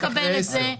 יקבל את זה.